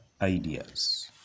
ideas